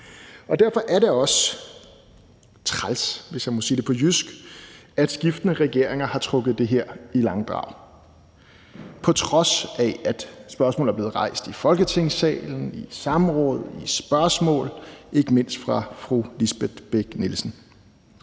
Derfor er det også træls, hvis jeg må sige det på jysk, at skiftende regeringer har trukket det her i langdrag, på trods af at spørgsmålet er blevet rejst i Folketingssalen, i samråd og i spørgsmål, ikke mindst fra fru Lisbeth Bech-Nielsen.